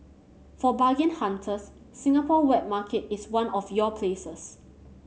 for bargain hunters Singapore wet market is one of your places